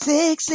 Six